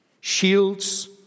shields